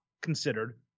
considered